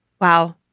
Wow